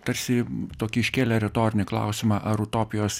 tarsi tokį iškėlė retorinį klausimą ar utopijos